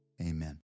Amen